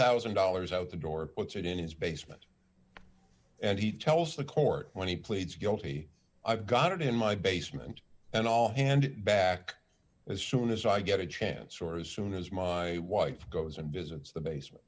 thousand dollars out the door puts it in his basement and he tells the court when he pleads guilty i've got it in my basement and all hand back as soon as i get a chance or as soon as my wife goes and visits the basement